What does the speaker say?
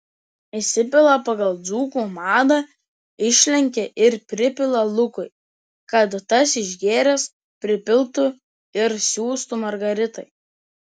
įsipila pagal dzūkų madą išlenkia ir pripila lukui kad tas išgėręs pripiltų ir siųstų margaritai